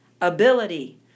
ability